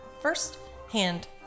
first-hand